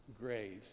grace